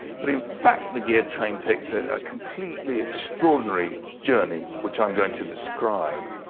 but in fact, the gear train take a completely extraordinary journey, which i'm going to describe.